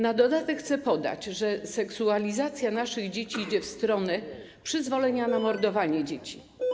Na dodatek chcę podać, że seksualizacja naszych dzieci idzie w stronę przyzwolenia na mordowanie dzieci.